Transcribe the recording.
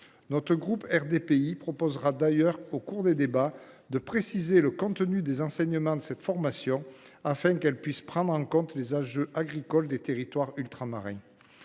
Le groupe RDPI proposera d’ailleurs, au cours des débats, de préciser le contenu des enseignements de cette formation, afin qu’elle prenne en compte les enjeux agricoles des territoires ultramarins.